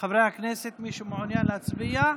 חברי הכנסת, מי שמעוניין להצביע,